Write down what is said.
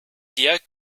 dir